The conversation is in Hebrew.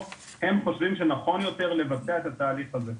הם חושבים שנכון יותר לבצע את התהליך הזה.